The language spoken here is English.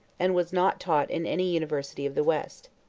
and was not taught in any university of the west.